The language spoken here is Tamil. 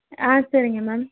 ஆ சரிங்க மேம்